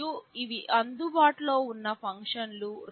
మరియు ఇవి అందుబాటులో ఉన్న ఫంక్షన్లు